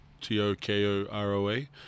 T-O-K-O-R-O-A